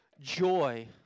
Joy